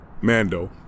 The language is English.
Mando